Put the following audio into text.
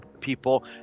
people